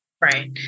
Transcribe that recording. Right